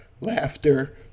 laughter